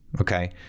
Okay